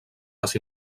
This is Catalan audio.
les